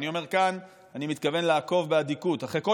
אני אומר כאן שאני מתכוון לעקוב באדיקות אחרי כל